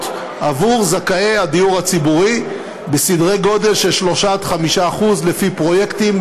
בעבור זכאי הדיור הציבורי בסדרי גודל של 3% 5% לפי פרויקטים.